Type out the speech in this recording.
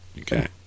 Okay